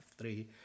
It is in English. three